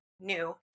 new